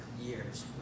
years